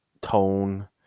tone